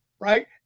right